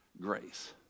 grace